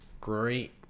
great